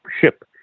ship